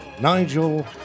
Nigel